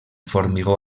formigó